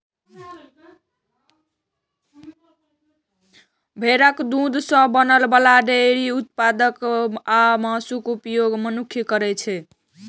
भेड़क दूध सं बनै बला डेयरी उत्पाद आ मासुक उपभोग मनुक्ख करै छै